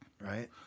right